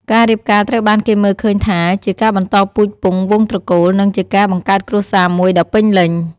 ការរៀបការត្រូវបានគេមើលឃើញថាជា ការបន្តពូជពង្សវង្សត្រកូល និងជាការ បង្កើតគ្រួសារមួយដ៏ពេញលេញ។